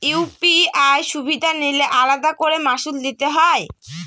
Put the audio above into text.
UPI সুবিধা নিলে আলাদা করে মাসুল দিতে হয়?